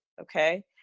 okay